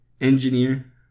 engineer